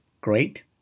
great